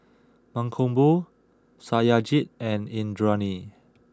Mankombu Satyajit and Indranee